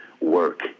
work